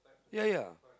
ya ya